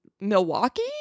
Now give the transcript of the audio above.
Milwaukee